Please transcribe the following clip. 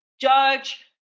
judge